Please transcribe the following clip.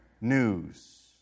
news